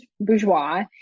Bourgeois